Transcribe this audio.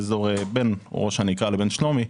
באזור בין ראש הנקרה לבין שלומי,